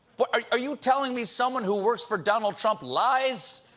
but are you telling me someone who works for donald trump lies?